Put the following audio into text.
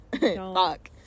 fuck